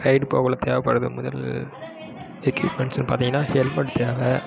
ride போகக்குள்ள தேவைப்பட்றது முதல் எக்யூப்மெண்ட்ஸுன்னு பார்த்திங்கன்னா ஹெல்மெட் தேவை